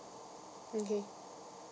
okay